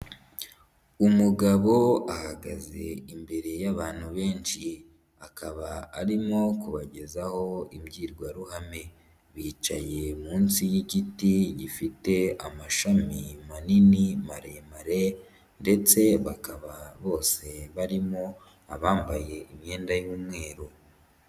Umugabo ahagaze imbere y'abantu benshi akaba arimo kubagezaho imbwirwaruhame, bicaye munsi y'igiti gifite amashami manini maremare ndetse bakaba bose barimo abambaye imyenda y'umweru.